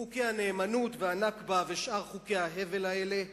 חוקי הנאמנות וה"נכבה" ושאר חוקי ההבל האלה.